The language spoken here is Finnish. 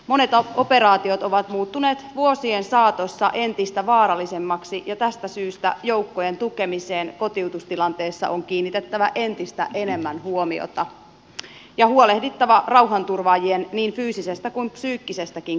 monet operaatiot ovat muuttuneet vuosien saatossa entistä vaarallisemmiksi ja tästä syystä joukkojen tukemiseen kotiutustilanteessa on kiinnitettävä entistä enemmän huomiota ja huolehdittava rauhanturvaajien niin fyysisestä kuin psyykkisestäkin kunnosta